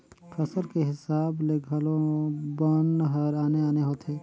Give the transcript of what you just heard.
फसल के हिसाब ले घलो बन हर आने आने होथे